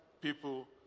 people